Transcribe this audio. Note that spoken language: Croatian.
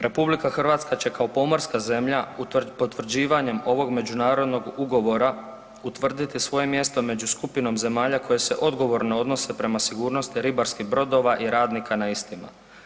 Republika Hrvatska će kao pomorska zemlja potvrđivanjem ovog međunarodnog ugovora utvrditi svoje mjesto među skupinom zemalja koje se odgovorno odnose prema sigurnosti ribarskih brodova i radnika na istima.